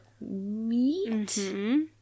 meat